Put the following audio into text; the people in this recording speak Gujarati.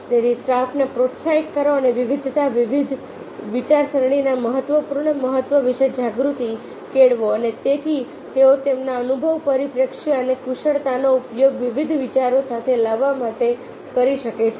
તેથી સ્ટાફને પ્રોત્સાહિત કરો અને વિવિધતા વિવિધ વિચારસરણીના મહત્વપૂર્ણ મહત્વ વિશે જાગૃતિ કેળવો અને તેથી તેઓ તેમના અનુભવ પરિપ્રેક્ષ્ય અને કુશળતાનો ઉપયોગ વિવિધ વિચારો સાથે લાવવા માટે કરી શકે છે